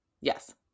Yes